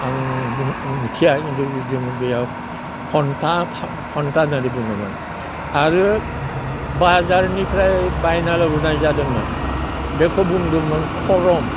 आं मिथिया खिन्थु जोङो बियाव फनथा फनथा होननानै बुङोमोन आरो बाजारनिफ्राय बायना लाबोनाय जादोंमोन बेखौ बुंदोंमोन खरम